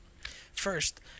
first